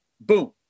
boom